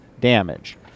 damage